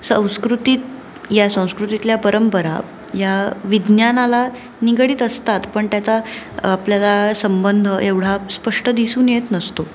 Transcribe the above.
संस्कृतीत या संस्कृतीतल्या परंपरा या विज्ञानाला निगडीत असतात पण त्याचा आपल्याला संबंध एवढा स्पष्ट दिसून येत नसतो